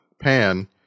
pan